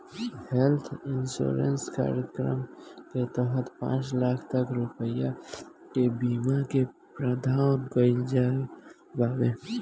health insurance कार्यक्रम के तहत पांच लाख तक रुपिया के बीमा के प्रावधान कईल गईल बावे